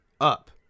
up